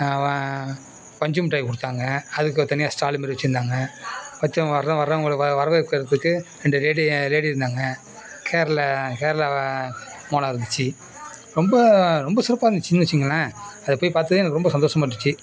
பஞ்சுமிட்டாய் கொடுத்தாங்க அதுக்கு ஒரு தனியா ஸ்டாலு மாதிரி வெச்சுருந்தாங்க வெச்சு வர்ற வர்றவங்களுக்கு வரவேற்கிறதுக்கு ரெண்டு லேடிய லேடி இருந்தாங்கள் கேரளா கேரளா மோளம் இருந்துச்சி ரொம்ப ரொம்ப சிறப்பாக இருந்துச்சுன்னு வெச்சிங்களேன் அதை போய் பார்த்து எனக்கு ரொம்ப சந்தோசமாக இருந்துச்சு